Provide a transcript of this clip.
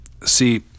See